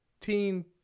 teen